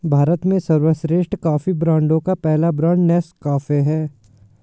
भारत में सर्वश्रेष्ठ कॉफी ब्रांडों का पहला ब्रांड नेस्काफे है